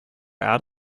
out